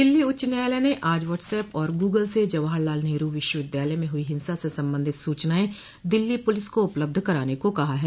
दिल्ली उच्च न्यायालय ने आज व्हाट्स एप और गूगल से जवाहर लाल नेहरू विश्वविद्यालय में हुई हिंसा से संबंधित सूचनाएं दिल्ली पुलिस को उपलब्ध कराने को कहा है